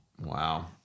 Wow